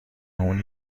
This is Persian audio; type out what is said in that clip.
اون